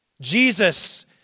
Jesus